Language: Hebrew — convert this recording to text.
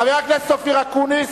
חבר הכנסת אופיר אקוניס.